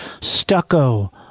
stucco